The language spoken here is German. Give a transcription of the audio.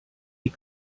die